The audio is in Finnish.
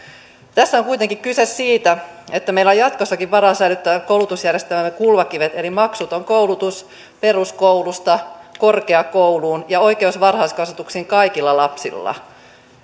tässä on kuitenkin kyse siitä että meillä on jatkossakin varaa säilyttää koulutusjärjestelmämme kulmakivet eli maksuton koulutus peruskoulusta korkeakouluun ja oikeus varhaiskasvatukseen kaikilla lapsilla